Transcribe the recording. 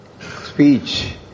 speech